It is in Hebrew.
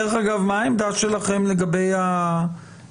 דרך אגב, מה העמדה שלכם לגבי הבדיקות?